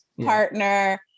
Partner